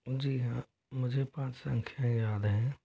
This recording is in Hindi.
जी हाँ मुझे पाँच संख्या याद हैं